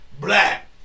Black